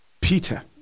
Peter